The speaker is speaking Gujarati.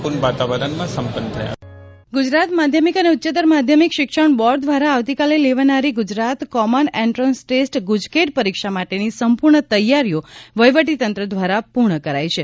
જીટીય ગુજરાત માધ્યમિક અને ઉચ્ચતર માધ્યમિક શિક્ષણ બોર્ડ દ્વારા આવતીકાલે લેવાનારી Gujarat common entrance test GUJCET પરીક્ષા માટેની સંપૂર્ણ તૈયારીઓ વહીવટી તંત્ર દ્વારા પૂર્ણ કરાઈ છે